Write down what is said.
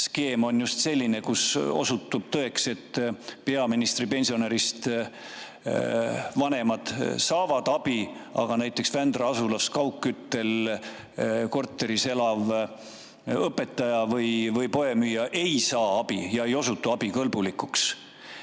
skeem on just selline, mille korral osutub tõeks, et peaministri pensionäridest vanemad saavad abi, aga näiteks Vändra asulas kaugküttega korteris elav õpetaja või poemüüja ei saa abi, ei osutu abikõlbulikuks.